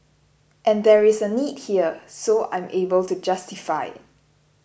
and there is a need here so I'm able to justify it